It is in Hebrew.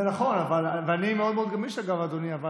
זה נכון, אני מאוד גמיש, אגב, אדוני.